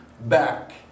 back